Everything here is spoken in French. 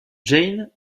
jane